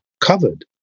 covered